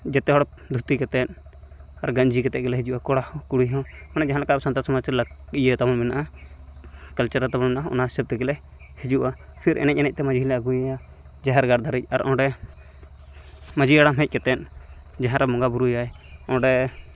ᱡᱮᱛᱮᱦᱚᱲ ᱫᱷᱩᱛᱤ ᱠᱟᱛᱮᱫ ᱟᱨ ᱜᱟᱧᱡᱤ ᱠᱟᱛᱮᱫᱜᱮᱞᱮ ᱦᱤᱡᱩᱜᱼᱟ ᱠᱚᱲᱟᱦᱚᱸ ᱠᱩᱲᱤᱦᱚᱸ ᱢᱟᱱᱮ ᱡᱟᱦᱟᱸᱞᱮᱠᱟ ᱟᱵᱚ ᱥᱟᱱᱛᱟᱞ ᱥᱚᱢᱟᱡᱽᱨᱮ ᱤᱭᱟᱹᱛᱟᱵᱚ ᱢᱮᱱᱟᱜᱼᱟ ᱠᱟᱞᱪᱟᱨ ᱛᱟᱵᱚᱱ ᱢᱮᱱᱟᱜᱼᱟ ᱚᱱᱟ ᱦᱤᱥᱟᱹᱵᱽ ᱛᱮᱜᱮᱞᱮ ᱦᱤᱡᱩᱜᱼᱟ ᱯᱷᱤᱨ ᱮᱱᱮᱡ ᱮᱱᱮᱡᱛᱮ ᱢᱟᱺᱡᱷᱤᱞᱮ ᱟᱹᱜᱩᱭᱮᱭᱟ ᱡᱟᱦᱟᱮᱨ ᱜᱟᱲ ᱫᱷᱟᱹᱨᱤᱡ ᱟᱨ ᱚᱸᱰᱮ ᱢᱟᱺᱡᱷᱤ ᱦᱟᱲᱟᱢ ᱦᱮᱡ ᱠᱟᱛᱮᱫ ᱡᱟᱦᱮᱨ ᱨᱮ ᱵᱚᱸᱜᱟ ᱵᱩᱨᱩᱭᱟᱭ ᱚᱸᱰᱮ